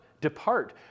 depart